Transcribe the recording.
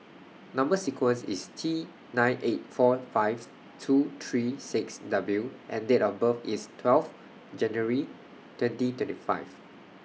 Number sequence IS T nine eight four five two three six W and Date of birth IS twelve January twenty twenty five